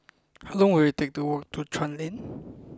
how long will it take to walk to Chuan Lane